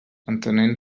entenent